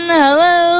hello